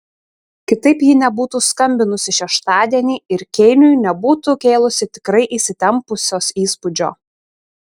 kitaip ji nebūtų skambinusi šeštadienį ir kėniui nebūtų kėlusi tikrai įsitempusios įspūdžio